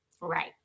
right